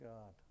God